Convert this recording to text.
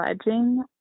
pledging